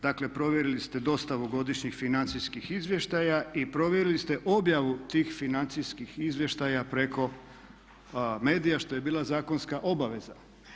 Dakle, provjerili ste dostavu godišnjih financijskih izvještaja i provjerili ste objavu tih financijskih izvještaja preko medija što je bila zakonska obaveza.